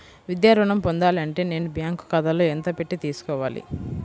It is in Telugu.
విద్యా ఋణం పొందాలి అంటే నేను బ్యాంకు ఖాతాలో ఎంత పెట్టి తీసుకోవాలి?